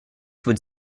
would